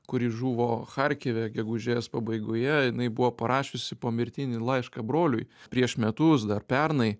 kuri žuvo kharkive gegužės pabaigoje jinai buvo parašiusi pomirtinį laišką broliui prieš metus dar pernai